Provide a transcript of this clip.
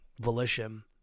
volition